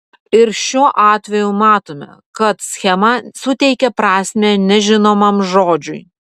ir šiuo atveju matome kad schema suteikia prasmę nežinomam žodžiui